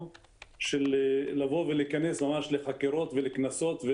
של לבוא ולהיכנס ממש לחקירות ולקנסות.